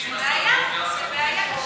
זו בעיה, זו בעיה קשה.